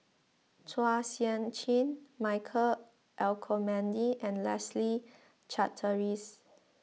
Chua Sian Chin Michael Olcomendy and Leslie Charteris